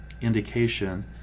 indication